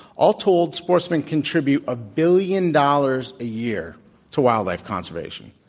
all told, sportsmen contribute a billion dollars a year to wildlife conservation.